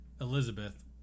elizabeth